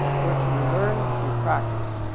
what you learn, you practice.